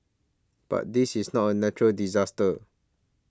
but this is not a natural disaster